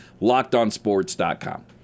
LockedOnSports.com